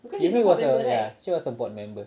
yulli was a ya she was a board member